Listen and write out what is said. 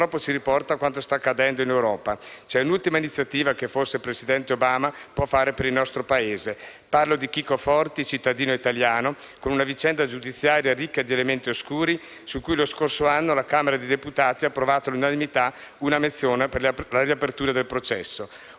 purtroppo ci riporta a quanto sta accadendo in Europa. C'è un'ultima iniziativa che forse il presidente Obama può fare per il nostro Paese. Parlo di Chico Forti, un cittadino italiano con una vicenda giudiziaria ricca di elementi oscuri, su cui lo scorso anno la Camera dei deputati ha approvato all'unanimità una mozione per la riapertura del processo.